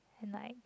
at night